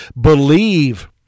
Believe